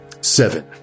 Seven